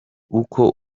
uko